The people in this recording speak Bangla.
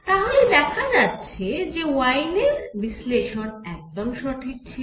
তাহলে দেখা যাচ্ছে যে ওয়েইনের বিশ্লেষণ একদম সঠিক ছিল